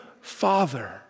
father